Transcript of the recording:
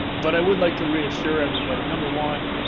but i would like to reassure everybody. number one,